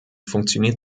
funktioniert